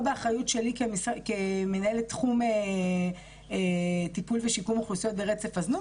זה לא באחריות שלי כמנהלת תחום טיפול ושיקום אוכלוסיות ברצף הזנות,